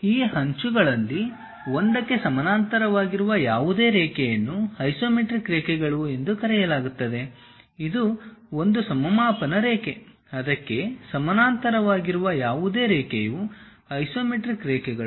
ಈ ಅಂಚುಗಳಲ್ಲಿ ಒಂದಕ್ಕೆ ಸಮಾನಾಂತರವಾಗಿರುವ ಯಾವುದೇ ರೇಖೆಯನ್ನು ಐಸೊಮೆಟ್ರಿಕ್ ರೇಖೆಗಳು ಎಂದು ಕರೆಯಲಾಗುತ್ತದೆ ಇದು ಒಂದು ಸಮಮಾಪನ ರೇಖೆ ಅದಕ್ಕೆ ಸಮಾನಾಂತರವಾಗಿರುವ ಯಾವುದೇ ರೇಖೆಯು ಐಸೊಮೆಟ್ರಿಕ್ ರೇಖೆಗಳು